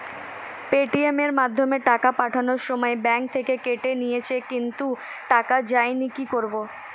Paytm এর মাধ্যমে টাকা পাঠানোর সময় ব্যাংক থেকে কেটে নিয়েছে কিন্তু টাকা যায়নি কি করব?